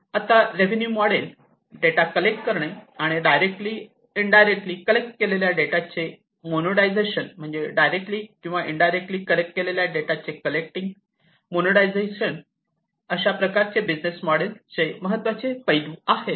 आता revenue model data collect करणे आणि डायरेक्टली आणि इनडायरेक्टली कलेक्ट केलेल्या डेटाचे केलेल्या डेटाचे मोनेटाइज म्हणजेच डायरेक्टली किंवा डायरेक्टली कलेक्ट केलेल्या डेटाचे कलेक्टिंग आणि मोनेटाइझिंग अशा प्रकारच्या बिजनेस मॉडेलचे हे महत्वाचे पैलू आहेत